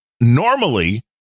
normally